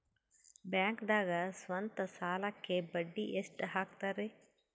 ಬ್ಯಾಂಕ್ದಾಗ ಸ್ವಂತ ಸಾಲಕ್ಕೆ ಬಡ್ಡಿ ಎಷ್ಟ್ ಹಕ್ತಾರಿ?